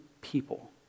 people